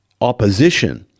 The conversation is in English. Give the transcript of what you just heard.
opposition